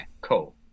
Cool